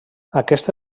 aquest